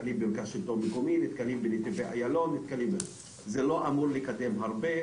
זה לא אמור לקדם הרבה.